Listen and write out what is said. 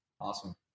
awesome